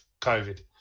covid